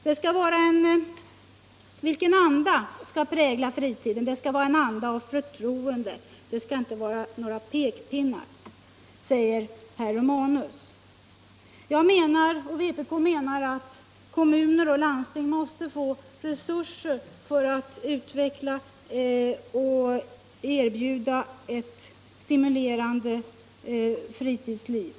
Det skall vara en anda av förtroende som präglar fritiden och inte några pekpinnar, sade herr Romanus. Vpk anser att kommuner och landsting måste få resurser att utveckla och erbjuda ett stimulerande fritidsliv.